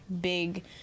big